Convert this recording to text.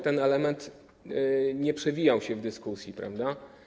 Ten element nie przewijał się w dyskusji, prawda?